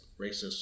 racist